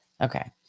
Okay